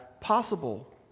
possible